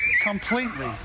Completely